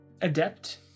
Adept